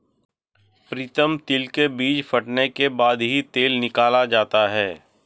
प्रीतम तिल के बीज फटने के बाद ही तेल निकाला जाता है